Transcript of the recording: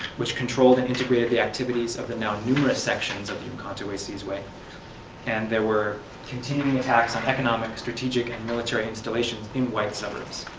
which controlled and integrated the activities of the now numerous sections of the umkhonto wesiswe and and they were continuing attacks on economic, strategic and military installations in white suburbs.